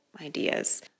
ideas